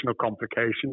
complications